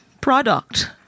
product